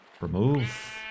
remove